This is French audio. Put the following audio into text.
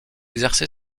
exercer